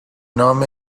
نام